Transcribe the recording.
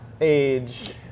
age